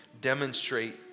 demonstrate